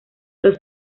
los